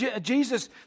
Jesus